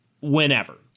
whenever